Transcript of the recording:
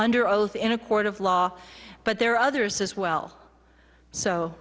under oath in a court of law but there are others as well so